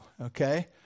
okay